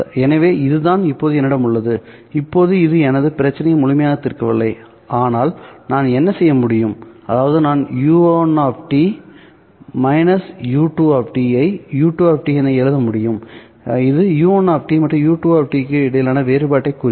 எனவே இதுதான் இப்போது என்னிடம் உள்ளது இப்போது இது எனது பிரச்சினையை முழுமையாக தீர்க்கவில்லை ஆனால் நான் என்ன செய்ய முடியும்அதாவது நான் u1 u2 ஐ u2 என எழுத முடியும்இது u1 மற்றும் u2 க்கு இடையிலான வேறுபாட்டைக் குறிக்கும்